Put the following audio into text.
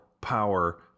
power